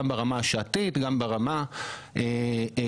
גם ברמה השעתית וגם ברמה היומית.